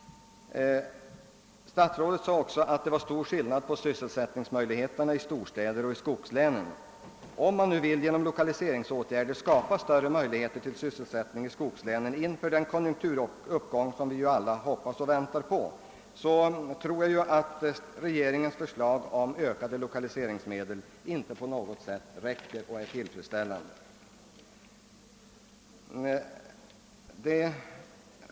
Statsrådet sade också att det var stor skillnad på sysselsättningsmöjligheterna i storstäderna och i skogslänen. Om man nu genom lokaliseringsåtgärder vill skapa större möjligheter till sysselsättning i skogslänen i avvaktan på den konjunkturuppgång som vi ju alla hoppas och väntar på, tror jag inte att regeringens förslag om ökade lokaliseringsmedel på något sätt är tillräckligt.